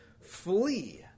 flee